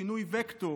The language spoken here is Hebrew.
שינוי וקטור.